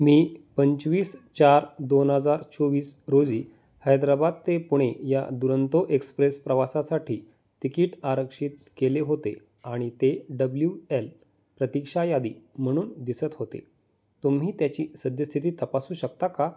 मी पंचवीस चार दोन हजार चोवीस रोजी हैद्राबाद ते पुणे या दुरंतो एक्सप्रेस प्रवासासाठी तिकीट आरक्षित केले होते आणि ते डब्ल्यू एल प्रतिक्षा यादी म्हणून दिसत होते तुम्ही त्याची सद्यस्थिती तपासू शकता का